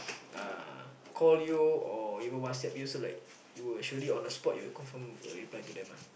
uh call you or even WhatsApp you so like you will surely on the spot you will confirm reply to them ah